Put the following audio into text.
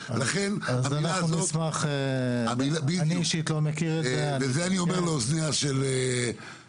ואנחנו נשמח --- אבל אני אומר את זה גם לאוזניה של שירה: